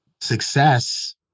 success